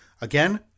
Again